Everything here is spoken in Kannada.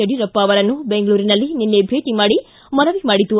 ಯಡಿಯೂರಪ್ಪ ಅವರನ್ನು ಬೆಂಗಳೂರಿನಲ್ಲಿ ನಿನ್ನೆ ಭೇಟ ಮಾಡಿ ಮನವಿ ಮಾಡಿತು